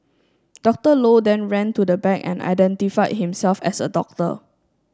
Doctor Low then ran to the back and identified himself as a doctor